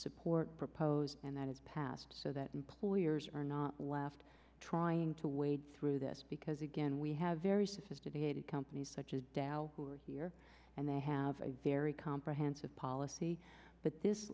support propose and that is passed so that employers are not left trying to wade through this because again we have very sophisticated companies such as dow who are here and they have a very comprehensive policy but this